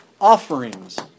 offerings